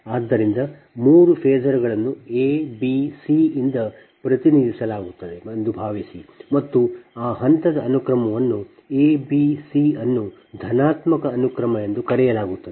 ಆದ್ದರಿಂದ ಮೂರು ಫೇಸರ್ ಗಳ ನ್ನು abc ಯಿಂದ ಪ್ರತಿನಿಧಿಸಲಾಗುತ್ತದೆ ಎಂದು ಭಾವಿಸಿ ಮತ್ತು ಆ ಹಂತದ ಅನುಕ್ರಮವನ್ನು a b c ಅನ್ನು ಧನಾತ್ಮಕ ಅನುಕ್ರಮ ಎಂದು ಕರೆಯಲಾಗುತ್ತದೆ